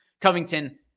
Covington